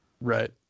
right